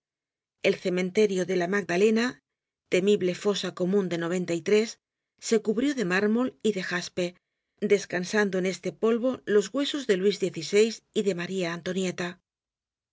el cementerio de la magdalena temible fosa comun de se cubrió de mármol y de jaspe descansando en este polvo los huesos de luis xvi y de maría antonieta